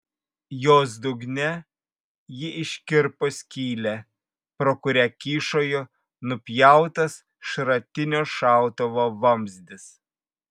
jos dugne ji iškirpo skylę pro kurią kyšojo nupjautas šratinio šautuvo vamzdis